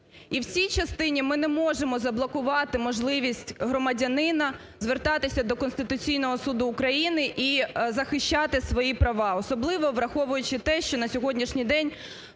І в цій частині ми не можемо заблокувати можливість громадянина звертатися до Конституційного Суду України і захищати свої права, особливо враховуючи те, що на сьогоднішній день